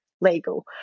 legal